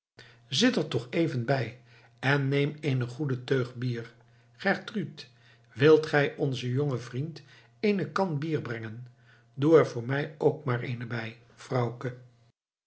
er toch even bij en neem eene goede teug bier gertrud wilt gij onzen jongen vriend eene kan bier brengen doe er voor mij ook maar eene bij vrouwke